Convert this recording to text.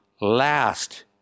last